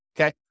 Okay